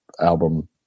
album